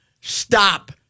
stop